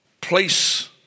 place